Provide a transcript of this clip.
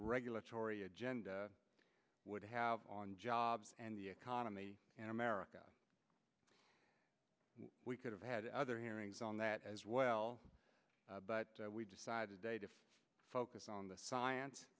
regulatory agenda would have on jobs and the economy in america we could have had other hearings on that as well but we decided day to focus on the science